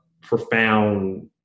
profound